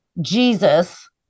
Jesus